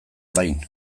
orain